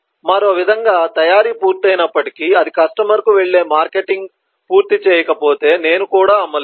మరో విధంగా తయారీ పూర్తయినప్పటికీ అది కస్టమర్కు వెళ్లే మార్కెటింగ్ పూర్తి చేయకపోతే నేను కూడా అమ్మలేను